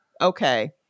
okay